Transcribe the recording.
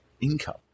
income